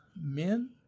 men